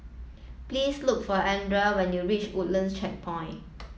please look for Ardelle when you reach Woodlands Checkpoint